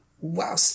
wow